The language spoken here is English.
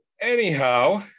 Anyhow